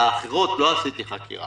לאחרות לא עשיתי חקירה,